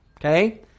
Okay